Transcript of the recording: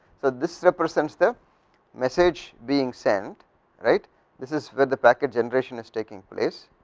so, this represents the message being sent right this is where the packet generationis taking place,